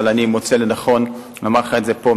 אבל אני מוצא לנכון לומר לך את זה פה,